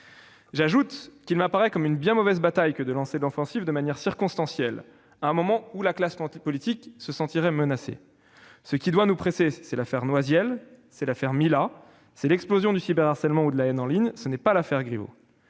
J'ajoute que c'est une bien mauvaise bataille, à mes yeux, de lancer l'offensive de manière circonstancielle, à un moment où la classe politique se sentirait menacée. Ce qui doit nous presser, c'est l'affaire Noisiel, l'affaire Mila, l'explosion du cyberharcèlement et de la haine en ligne, pas l'affaire Griveaux,